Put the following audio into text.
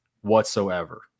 whatsoever